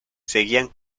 seguían